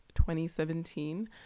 2017